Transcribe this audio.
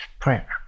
prayer